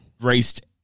raced